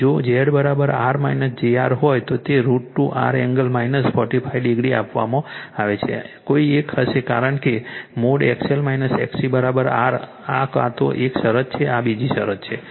અને જો Z R jR હોય તો તે √ 2 R એંગલ 45 ડિગ્રી આમાંથી કોઈ એક હશે કારણ કે મોડ XL XC r આ કાં તો એક શરત છે આ બીજી શરત છે